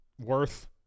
Worth